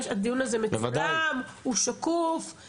הדיון הזה מצולם, הוא שקוף.